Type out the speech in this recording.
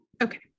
Okay